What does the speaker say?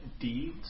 deeds